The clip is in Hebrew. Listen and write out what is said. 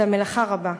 והמלאכה רבה.